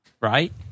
right